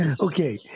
Okay